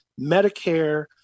medicare